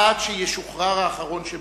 עד שישוחרר האחרון שבהם.